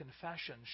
confession